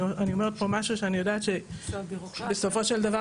אני אומרת פה משהו שאני יודעת שבסופו של דבר,